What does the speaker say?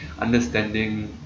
understanding